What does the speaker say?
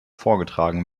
vorgetragen